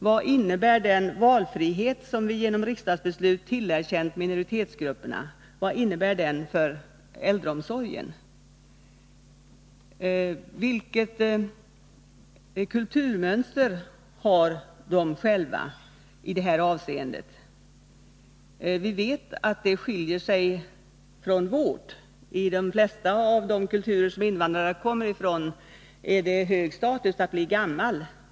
Vad innebär den valfrihet som vi genom riksdagsbeslut tillerkänt minoritetsgrupperna för äldreomsorgen? Vilket kulturmönster har de själva i det här avseendet? Vi vet att det skiljer sig från vårt. I de flesta av de kulturer som invandrarna kommer ifrån är det hög status att bli gammal.